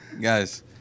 Guys